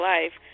Life